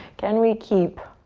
can we keep